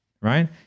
right